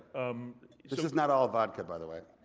um it was not all vodka by the way.